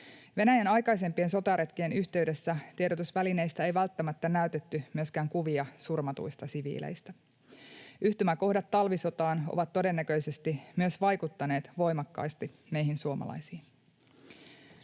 Venäjän aikaisempien sotaretkien yhteydessä tiedotusvälineissä ei välttämättä näytetty myöskään kuvia surmatuista siviileistä. Yhtymäkohdat talvisotaan ovat todennäköisesti myös vaikuttaneet voimakkaasti meihin suomalaisiin.